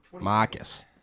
Marcus